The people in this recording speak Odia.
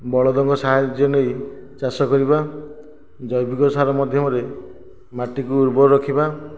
ବଳଦଙ୍କ ସାହାଯ୍ୟ ନେଇ ଚାଷ କରିବା ଜୈବିକ ସାର ମାଧ୍ୟମରେ ମାଟିକୁ ଉର୍ବର ରଖିବା